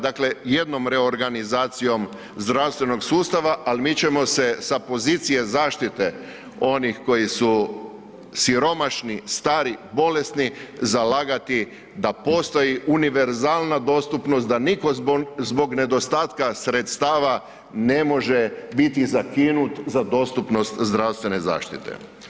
Dakle, jednom reorganizacijom zdravstvenog sustava, al mi ćemo se sa pozicije zaštite onih koji su siromašni, stari, bolesni, zalagati da postoji univerzalna dostupnost, da niko zbog nedostatka sredstava ne može biti zakinut za dostupnost zdravstvene zaštite.